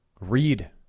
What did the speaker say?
Read